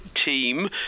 team